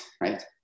right